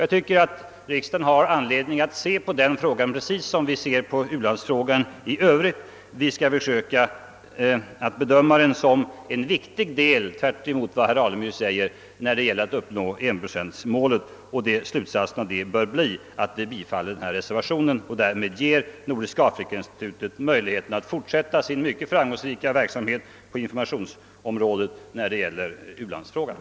Jag anser att riksdagen har anledning att se på den frågan precis som vi ser på u-landsfrågan i Övrigt; vi skall — tvärtemot vad herr Alemyr anser — försöka bedöma den som en viktig del när det gäller att uppnå enprocentmålet. Slutsatsen härav bör bli att vi bifaller reservationen och därmed ger Nordiska afrikainstitutet möjligheten att fortsätta sin mycket framgångsrika verksamhet när det gäller information i u-landsfrågor.